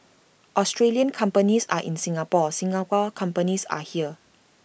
Australian companies are in Singapore Singapore companies are here